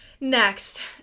next